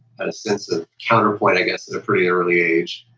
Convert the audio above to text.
had a sense of counterpoint i guess in a pretty early age,